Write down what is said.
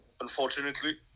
unfortunately